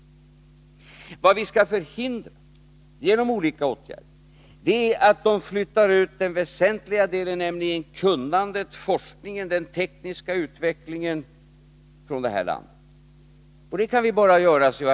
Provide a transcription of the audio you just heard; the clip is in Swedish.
Vad vi skall förhindra, genom olika åtgärder, är att de flyttar ut den väsentliga delen, nämligen kunnandet, forskningen och den teknologiska utvecklingen från det här landet. Det kan vi bara göra, C.-H.